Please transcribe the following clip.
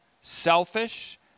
selfish